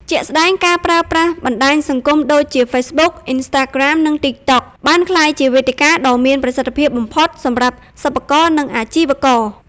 ជាក់ស្ដែង ការប្រើប្រាស់ បណ្ដាញសង្គម ដូចជា Facebook, Instagram, និង TikTok បានក្លាយជាវេទិកាដ៏មានប្រសិទ្ធភាពបំផុតសម្រាប់សិប្បករ និងអាជីវករ។